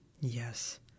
Yes